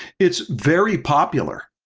it's very popular.